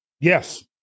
yes